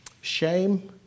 shame